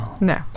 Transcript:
No